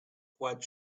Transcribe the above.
what